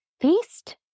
feast